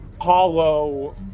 hollow